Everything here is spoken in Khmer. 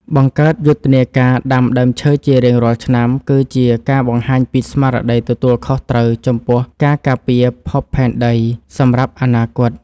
បង្កើតយុទ្ធនាការដាំឈើជារៀងរាល់ឆ្នាំគឺជាការបង្ហាញពីស្មារតីទទួលខុសត្រូវខ្ពស់ចំពោះការការពារភពផែនដីសម្រាប់អនាគត។